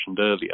earlier